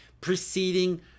preceding